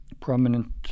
prominent